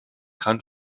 kann